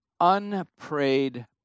unprayed